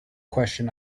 question